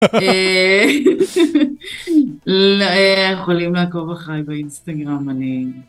יכולים לעקוב אחרי באינסטגרם, אני...